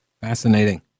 Fascinating